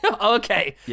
Okay